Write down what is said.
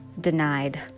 Denied